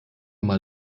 mal